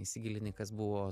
įsigilini kas buvo